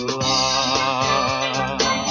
love